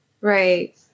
Right